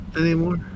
anymore